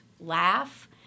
laugh